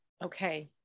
okay